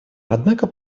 однако